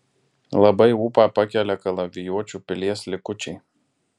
labai ūpą pakelia kalavijuočių pilies likučiai